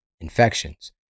infections